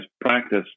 practice